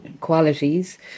qualities